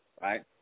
right